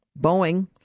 Boeing